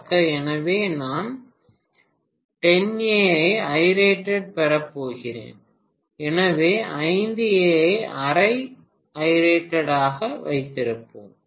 பக்க எனவே நான் 10 A ஐ IRATED பெறப் போகிறேன் எனவே 5 A ஐ அரை IRATED வைத்திருப்பேன்